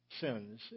sins